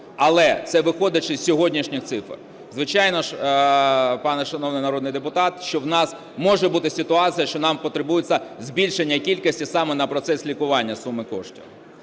Але, це виходячи, з сьогоднішніх цифр. Звичайно, пане шановний народний депутат, що у нас може бути ситуація, що нам потребується збільшення кількості саме на процес лікування суми коштів.